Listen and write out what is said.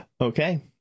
Okay